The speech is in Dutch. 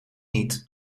niet